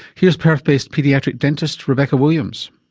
here's perth based paediatric dentist, rebecca williams.